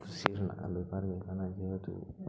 ᱠᱷᱩᱥᱤ ᱨᱮᱱᱟᱜ ᱵᱮᱯᱟᱨ ᱜᱮ ᱠᱟᱱᱟ ᱡᱮᱦᱮᱛᱩ